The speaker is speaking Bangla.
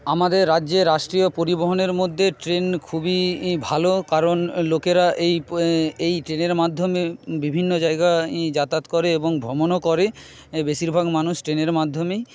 আমাদের রাজ্যে রাষ্ট্রীয় পরিবহনের মধ্যে ট্রেন খুবই ভালো কারণ লোকেরা এই এই ট্রেনের মাধ্যমে বিভিন্ন জায়গায় যাতায়াত করে এবং ভ্রমণও করে বেশিরভাগ মানুষ ট্রেনের মাধ্যমেই